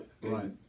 right